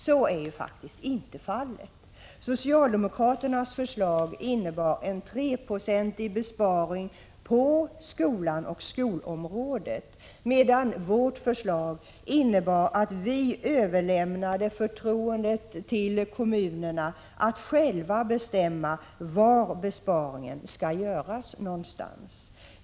Så är faktiskt inte fallet. Socialdemokraternas förslag innebar en treprocentig besparing på skolan och skolområdet, medan vårt förslag innebar att vi gav kommunerna förtroendet att själva bestämma var besparingarna skulle göras.